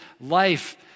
life